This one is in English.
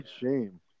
shame